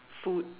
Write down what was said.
food